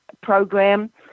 program